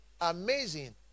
amazing